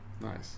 Nice